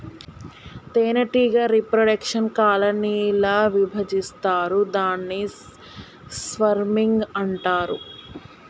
తేనెటీగ reproduction colony ల విభజిస్తాయి దాన్ని స్వర్మింగ్ అంటారు